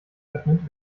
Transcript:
öffnet